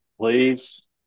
please